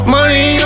Money